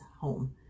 home